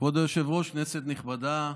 כבוד היושב-ראש, כנסת נכבדה,